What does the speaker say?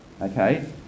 okay